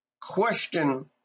question